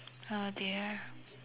ah there